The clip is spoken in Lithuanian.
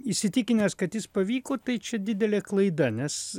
įsitikinęs kad jis pavyko tai čia didelė klaida nes